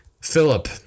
Philip